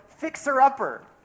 fixer-upper